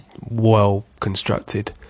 well-constructed